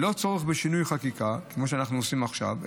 ללא צורך בשינוי חקיקה כמו שאנחנו עושים עכשיו,